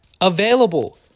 available